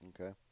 okay